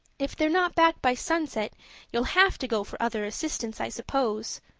if they're not back by sunset you'll have to go for other assistance, i suppose,